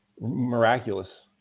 miraculous